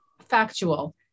factual